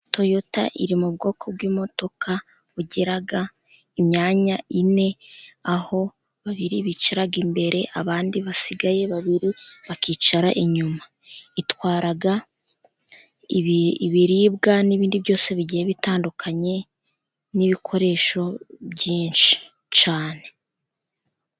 Toyota iri mu bwoko bw'imodoka bugira imyanya ine, aho babiri bicara imbere, abandi basigaye babiri bakicara inyuma. Itwara ibiribwa n'ibindi byose bigiye bitandukanye, n'ibikoresho byinshi cyane.